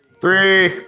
Three